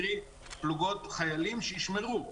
קרי פלוגות חיילים שישמרו.